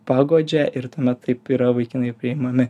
paguodžia ir tame taip yra vaikinai priimami